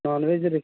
ನಾನ್ veg ರೀ